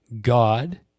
God